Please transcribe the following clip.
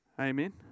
Amen